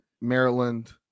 Maryland